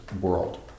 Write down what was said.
world